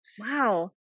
Wow